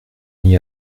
n’y